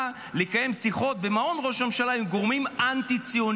לקיים שיחות במעון ראש הממשלה עם גורמים אנטי-ציוניים.